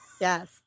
Yes